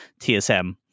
TSM